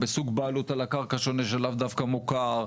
בסוג בעלות על הקרקע שונה שלאו דווקא מוכר,